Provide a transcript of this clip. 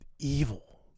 evil